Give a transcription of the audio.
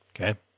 okay